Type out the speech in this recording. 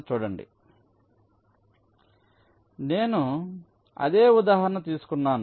కాబట్టి నేను అదే ఉదాహరణ తీసుకొన్నాను